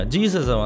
Jesus